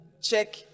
check